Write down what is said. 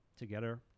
together